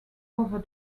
over